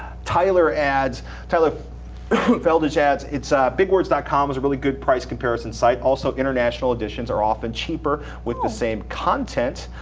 tyler adds tyler feldege adds, ah bigwords dot com is a really good price comparison site. also, international editions are often cheaper with the same content.